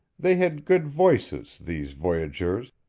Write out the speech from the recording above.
they had good voices, these voyageurs,